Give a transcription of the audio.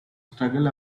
struggle